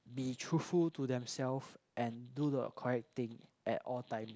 be truthful to themselves and do the correct thing at all time